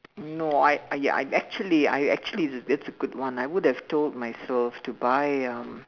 no I I ya I actually I actually that's a good one I would have told myself to buy um